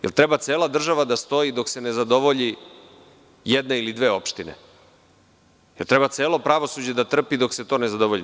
Da li treba cela država da stoji dok se ne zadovolje jedna ili dve opštine, da li treba celo pravosuđe da trpi dok se ne to ne zadovolji?